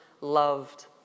loved